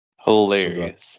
Hilarious